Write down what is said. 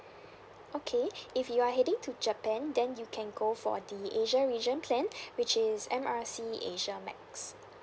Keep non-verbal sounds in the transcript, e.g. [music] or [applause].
okay [breath] if you're heading to japan then you can go for the asia region plan [breath] which is M_R_C asia max